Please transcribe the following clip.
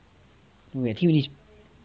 no eh I think we need